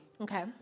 Okay